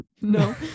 no